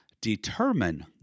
determine